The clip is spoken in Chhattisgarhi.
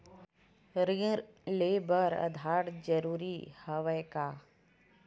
ऋण ले बर आधार जरूरी हवय का?